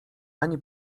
ani